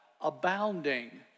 abounding